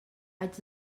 haig